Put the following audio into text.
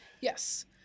Yes